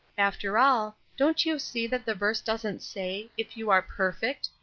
after all, don't you see that the verse doesn't say, if you are perfect,